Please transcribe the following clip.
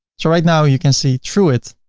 so right now you can see through it.